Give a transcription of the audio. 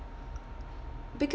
because